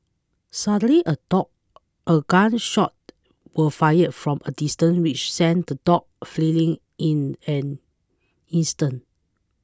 suddenly a dog a gun shot was fired from a distance which sent the dogs fleeing in an instant